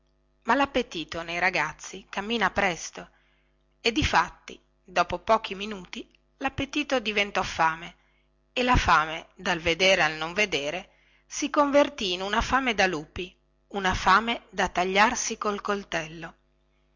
ma lappetito nei ragazzi cammina presto e di fatti dopo pochi minuti lappetito diventò fame e la fame dal vedere al non vedere si converti in una fame da lupi una fame da tagliarsi col coltello